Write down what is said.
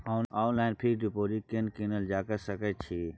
Online fix deposit केना कीनल जा सकै छी?